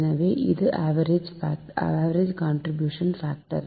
எனவே இது average contribution factor